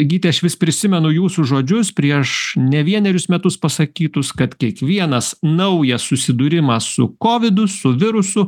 gyti aš vis prisimenu jūsų žodžius prieš ne vienerius metus pasakytus kad kiekvienas naujas susidūrimas su kovidu su virusu